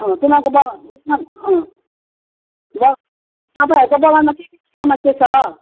अँ तिमीहरूको बगा अँ तपाईँहरूको बगानमा के के समस्या छ